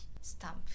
stamp